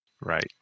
Right